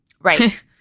Right